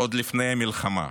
עוד לפני המלחמה.